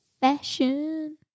Fashion